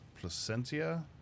Placentia